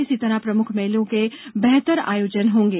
इसी तरह प्रमुख मेलों के बेहतर आयोजन होंगे